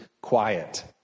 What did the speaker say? quiet